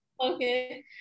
Okay